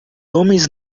homens